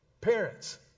Parents